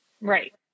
Right